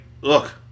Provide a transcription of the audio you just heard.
look